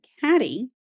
caddy